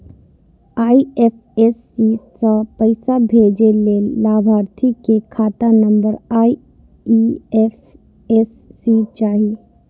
IFSC सं पैसा भेजै लेल लाभार्थी के खाता नंबर आ आई.एफ.एस.सी चाही